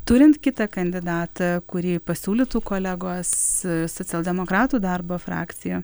turint kitą kandidatą kurį pasiūlytų kolegos socialdemokratų darbo frakcija